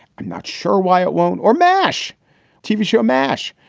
i'm not sure why it won't. or mash tv show mash.